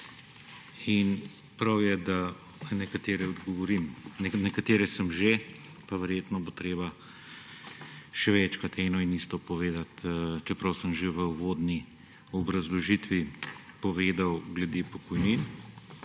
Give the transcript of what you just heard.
odgovorim. Na nekatere sem že, pa verjetno bo treba še večkrat eno in isto povedati, čeprav sem že v uvodni obrazložitvi povedal glede pokojnin